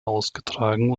ausgetragen